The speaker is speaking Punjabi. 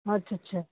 ਅੱਛਾ ਅੱਛਾ